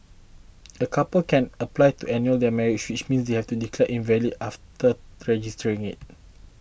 a couple can apply to annul their marriage which means to have it declared invalid after registering it